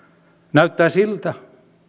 näyttää siltä